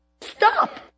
stop